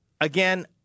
again